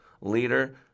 Leader